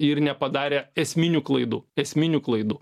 ir nepadarė esminių klaidų esminių klaidų